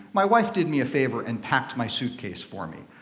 my wife did me a favor and packed my suitcase for me.